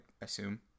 assume